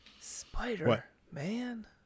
Spider-Man